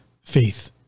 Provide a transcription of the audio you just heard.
faith